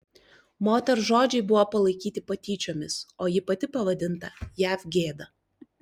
moters žodžiai buvo palaikyti patyčiomis o ji pati pavadinta jav gėda